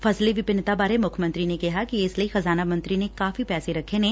ਫਸਲੀ ਵਿੰਭਿਨਤਾ ਬਾਰੇ ਮੁੱਖ ਮੰਤਰੀ ਨੇ ਕਿਹਾ ਕਿ ਇਸ ਲਈ ਖ਼ਜ਼ਾਨਾ ਮੰਤਰੀ ਨੇ ਕਾਫ਼ੀ ਪੈਸੇ ਰੱਖੇ ਨੇ